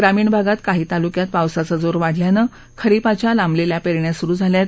ग्रामीण भागात काही तालुक्यात पावसाचा जोर वाढल्याने खरिपाच्या लांबलेल्या पेरण्या सुरू झाल्या आहेत